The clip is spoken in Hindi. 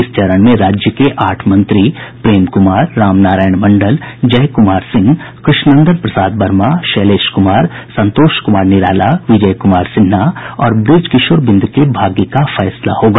इस चरण में राज्य के आठ मंत्री प्रेम कुमार रामनारायण मण्डल जयकुमार सिंह कृष्ण नंदन प्रसाद वर्मा शैलेश कुमार संतोष कुमार निराला विजय कुमार सिन्हा और ब्रज किशोर बिंद के भाग्य का फैसला होगा